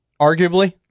arguably